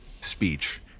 speech